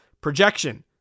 Projection